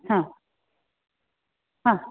हां हां